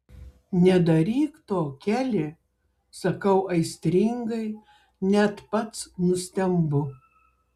nedaryk to keli sakau aistringai net pats nustembu